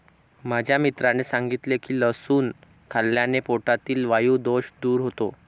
माझ्या मित्राने सांगितले की लसूण खाल्ल्याने पोटातील वायु दोष दूर होतो